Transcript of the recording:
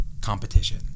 competition